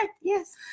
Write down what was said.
Yes